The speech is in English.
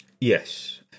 yes